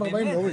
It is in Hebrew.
הישיבה.